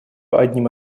одним